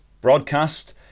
broadcast